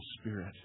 spirit